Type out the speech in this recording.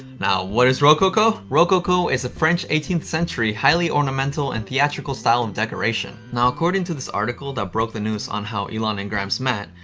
now, what is rococo? rococo is a french eighteenth century highly ornamental and theatrical style of and decoration. now, according to this article that broke the news on how elon and grimes met,